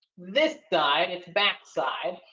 this side it's backside,